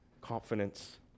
confidence